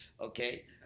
Okay